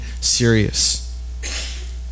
serious